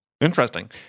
Interesting